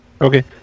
Okay